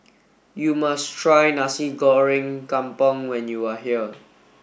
you must try Nasi Goreng Kampung when you are here